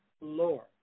Lord